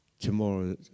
tomorrow